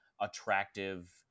attractive